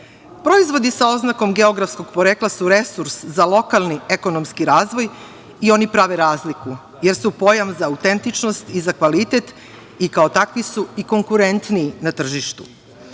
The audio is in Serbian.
izvoznike. Proizvodi sa oznakom geografskog porekla su resurs za lokalni ekonomski razvoj i oni prave razliku jer su pojam za autentičnost i za kvalitet i kao takvi su i konkurentniji na tržištu.